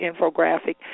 infographic